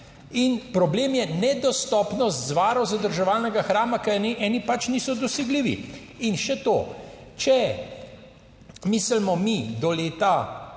in problem je nedostopnost zavarovano zadrževalnega hrama, ker eni pač niso dosegljivi. In še to, če mislimo mi do leta,